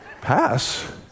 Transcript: Pass